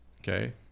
Okay